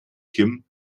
kim